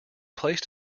placed